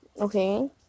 okay